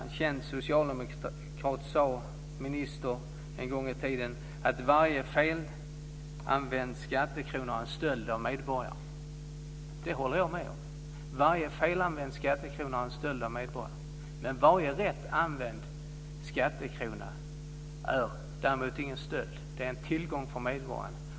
En känd socialdemokratisk minister sade en gång i tiden att varje felanvänd skattekrona är en stöld från medborgarna. Det håller jag med om. Varje felanvänd skattekrona är en stöld från medborgarna. Men varje rätt använd skattekrona är däremot ingen stöld utan en tillgång för medborgarna.